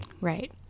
Right